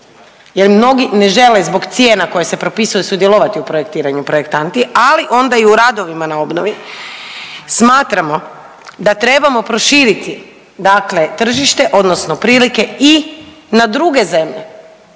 jer mnogi ne žele zbog cijena koje se propisuju sudjelovati u projektiranju projektanti, ali onda i u radovima na obnovi, smatramo da trebamo proširiti dakle tržište odnosno prilike i na druge zemlje